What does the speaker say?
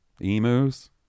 emus